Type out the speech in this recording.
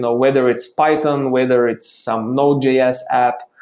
ah whether it's python, whether it's some nodejs app,